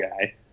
guy